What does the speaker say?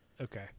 okay